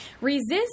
resist